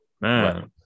Man